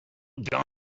jumper